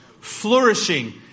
flourishing